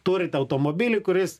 turit automobilį kuris